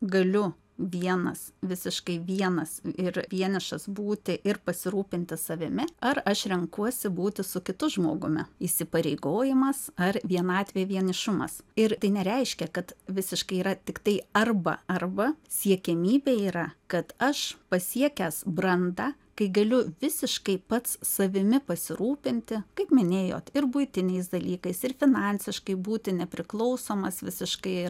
galiu vienas visiškai vienas ir vienišas būti ir pasirūpinti savimi ar aš renkuosi būti su kitu žmogumi įsipareigojimas ar vienatvė vienišumas ir tai nereiškia kad visiškai yra tiktai arba arba siekiamybė yra kad aš pasiekęs brandą kai galiu visiškai pats savimi pasirūpinti kaip minėjot ir buitiniais dalykais ir finansiškai būti nepriklausomas visiškai ir